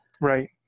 Right